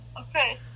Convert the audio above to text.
Okay